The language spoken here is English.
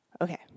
Okay